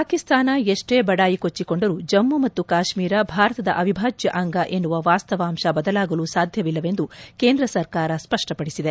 ಪಾಕಿಸ್ತಾನ ಎಷ್ಸೇ ಬಡಾಯಿ ಕೊಚ್ಚಿಕೊಂಡರೂ ಜಮ್ಮು ಮತ್ತು ಕಾಶ್ಮೀರ ಭಾರತದ ಅವಿಭಾಜ್ಯಅಂಗ ಎನ್ನುವ ವಾಸ್ತವಾಂಶ ಬದಲಾಗಲು ಸಾಧ್ಯವಿಲ್ಲವೆಂದು ಕೇಂದ್ರ ಸರ್ಕಾರ ಸ್ಪಷ್ಟಪಡಿಸಿದೆ